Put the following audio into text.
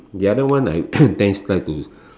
the other one I that is like to